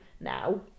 now